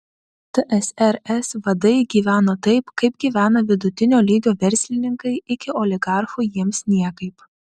tsrs vadai gyveno taip kaip gyvena vidutinio lygio verslininkai iki oligarchų jiems niekaip